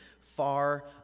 far